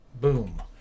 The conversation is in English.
Boom